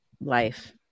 life